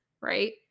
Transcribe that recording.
right